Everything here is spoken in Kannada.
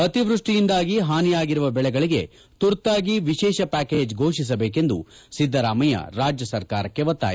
ಅತಿವ್ಯಷ್ಟಿಯಿಂದಾಗಿ ಹಾನಿಯಾಗಿರುವ ಬೆಳೆಗಳಿಗೆ ತುರ್ತಾಗಿ ವಿಶೇಷ ಪ್ವಾಕೇಜ್ ಫೋಷಿಸಬೇಕೆಂದು ಸಿದ್ದರಾಮಯ್ಯ ರಾಜ್ಯ ಸರ್ಕಾರಕ್ಕೆ ಒತ್ತಾಯ